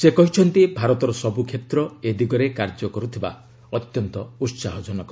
ସେ କହିଛନ୍ତି ଭାରତର ସବୁ କ୍ଷେତ୍ର ଏ ଦିଗରେ କାର୍ଯ୍ୟ କରୁଥିବା ଅତ୍ୟନ୍ତ ଉସାହଜନକ